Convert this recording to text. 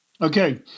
Okay